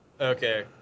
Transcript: Okay